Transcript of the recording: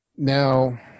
Now